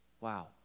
Wow